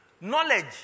Knowledge